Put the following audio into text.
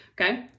Okay